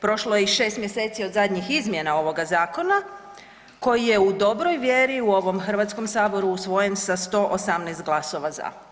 Prošlo je i 6 mjeseci od zadnjih izmjena ovoga zakona koji je u dobroj vjeri u ovom Hrvatskom saboru usvojen sa 118 glasova za.